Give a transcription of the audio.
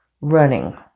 running